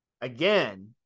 again